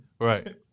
Right